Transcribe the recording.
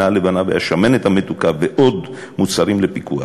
הלבנה והשמנת המתוקה ועוד מוצרים לפיקוח.